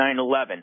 9-11